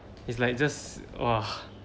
it's like just !wah!